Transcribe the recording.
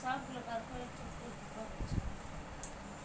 agro forestry বল জঙ্গলে কিসিকাজের অলেক রকমের সুবিধা হ্যয় যেমল আমরা কাঠ পায়